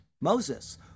Moses